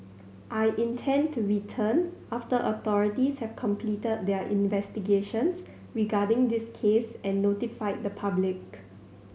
I intend to return after authorities have completed their investigations regarding this case and notified the public